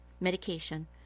medication